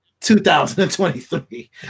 2023